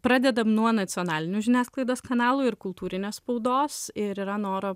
pradedam nuo nacionalinių žiniasklaidos kanalų ir kultūrinės spaudos ir yra noro